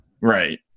Right